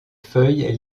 feuilles